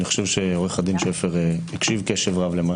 אני חושב שעו"ד שפר הקשיב קשב רב למה